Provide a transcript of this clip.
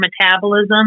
metabolism